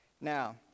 now